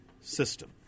system